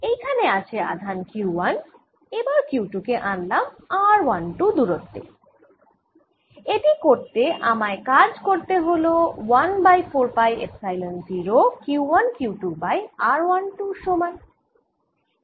এইখানে আছে আধান Q1 এবার Q2 কে আনলাম r12 দূরত্বে এটি করতে আমায় কাজ করতে হল 1 by 4 pi epsilon 0 Q1Q2 by r12 সমান